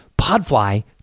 Podfly